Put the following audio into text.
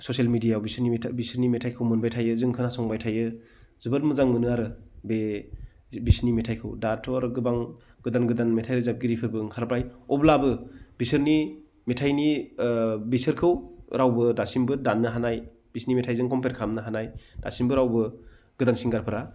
social मिदियाआव बिोरनि मेथाइखौ मोनबाय थायो जों खोनासंबाय थायो जोबोद मोजां मोनो आरो बे बिसोरनि मेथाइखौ दाथ' आरो गोबां गोदान गोदान मेथाइ रोजाबगिरिफोरबो ओंखारबाय अब्लाबो बिसोरनि मेथाइनि बिसोरखौ रावबो दासिमबो दाननो हानाय बिसोरनि मेथाइजों कमपेयार खालामनो हानाय दासिमबो रावबो गोदान सिंगारफोरा